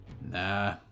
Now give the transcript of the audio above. Nah